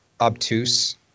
obtuse